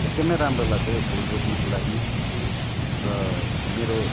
एक्दमै राम्रो लाग्छ यो फुल रोप्नुको लागि र मेरो